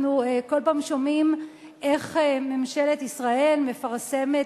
אנחנו כל פעם שומעים איך ממשלת ישראל מפרסמת,